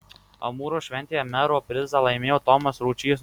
amūro šventėje mero prizą laimėjo tomas ručys